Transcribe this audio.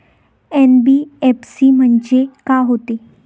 NBFC म्हणजे का होते?